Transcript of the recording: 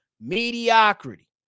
Mediocrity